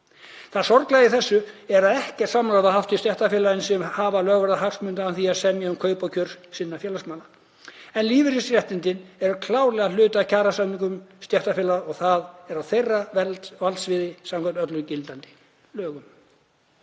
Það sorglega í þessu er að ekkert samráð var haft við stéttarfélögin sem hafa lögvarða hagsmuni af því að semja um kaup og kjör sinna félagsmanna. En lífeyrisréttindi eru klárlega hluti af kjarasamningum stéttarfélaganna og það er á þeirra valdsviði samkvæmt öllum gildandi lögum.